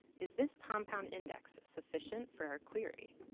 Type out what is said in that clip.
is this compound index sufficient for our query?